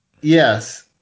yes